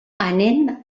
anem